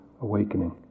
awakening